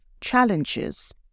challenges